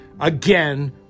Again